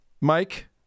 Mike